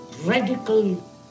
radical